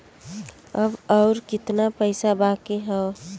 अब अउर कितना पईसा बाकी हव?